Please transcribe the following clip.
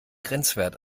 grenzwert